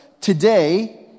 today